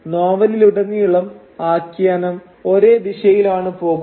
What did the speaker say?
നോവലിലുടനീളം ആഖ്യാനം ഒരേ ദിശയിലാണ് പോകുന്നത്